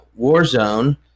Warzone